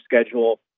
schedule